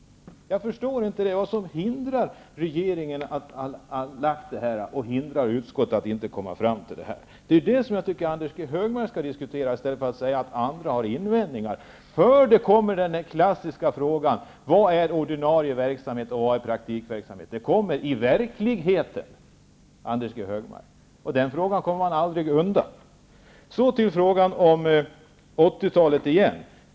Jag förstår inte vad det är som gör att regeringen lägger fram förslag som hindrar utskottet från att komma fram till ett sådant förslag. Det tycker jag Anders G. Högmark skall diskutera i stället för att säga att andra partier har invändningar. Den klassiska frågan vad som är ordinarie verksamhet och vad som är praktikverksamhet kommer att ställas -- i verkligheten. Denna fråga kommer man aldrig undan. Till frågan om 1980-talet.